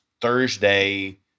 Thursday